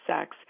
sex